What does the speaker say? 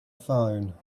phone